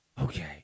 Okay